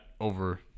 over